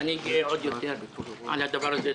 אני גאה עוד יותר על הדבר הזה.